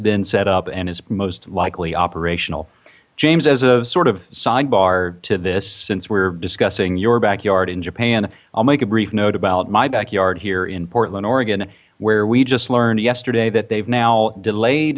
been set up and is most likely operational james as a sort of sidebar to this since we're discussing your backyard in japan i'll make a brief note about my backyard here in portland oregon where we just learned yesterday that they've now delayed